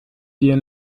dir